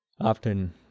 often